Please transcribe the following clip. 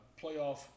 playoff